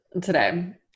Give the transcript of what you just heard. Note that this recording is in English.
today